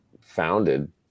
founded